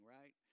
right